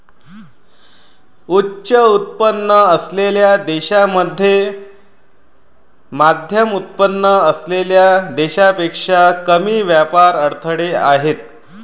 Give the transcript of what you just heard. उच्च उत्पन्न असलेल्या देशांमध्ये मध्यमउत्पन्न असलेल्या देशांपेक्षा कमी व्यापार अडथळे आहेत